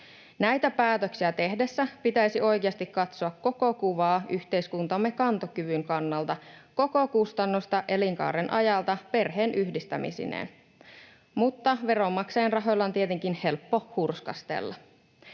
Näitä päätöksiä tehdessä pitäisi oikeasti katsoa koko kuvaa yhteiskuntamme kantokyvyn kannalta, koko kustannusta elinkaaren ajalta perheenyhdistämisineen. Mutta veronmaksajan rahoilla on tietenkin helppo hurskastella.